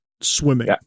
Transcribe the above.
swimming